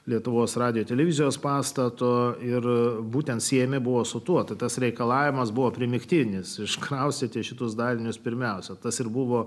lietuvos radijo televizijos pastato ir būtent siejami buvo su tuo tas reikalavimas buvo primygtinis iškrausite šituos dalinius pirmiausia tas ir buvo